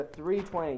320